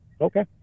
Okay